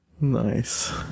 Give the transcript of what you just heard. Nice